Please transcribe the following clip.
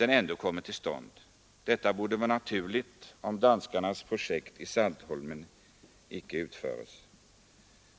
ändå kommer till utförande. Detta borde vara naturligt, om danskarnas projekt på Saltholm inte kommer till utförande.